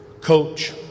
coach